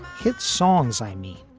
hit songs, i mean,